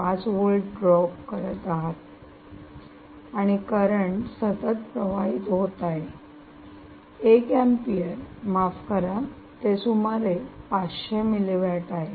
5 volt drop करत आहोत आणि करंट सतत प्रवाहित होत आहे 1 अँपियर माफ करा ते सुमारे 500 मिली वॅट आहे